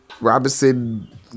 Robinson